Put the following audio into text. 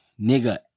nigga